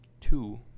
Two